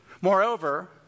Moreover